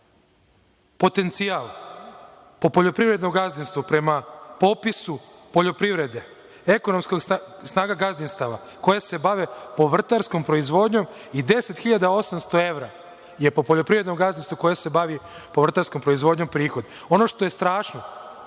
potencijal po poljoprivredno gazdinstvo, prema popisu poljoprivrede, ekonomska snaga gazdinstava koja se bavi povrtarskom proizvodnjom, i 10.800 evra je po poljoprivrednom gazdinstvu koje se bavi povrtarskom proizvodnjom prihod. Ono što je strašno,